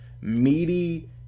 meaty